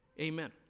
Amen